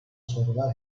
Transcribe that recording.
sorular